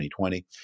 2020